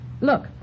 Look